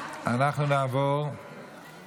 שלושה מתנגדים.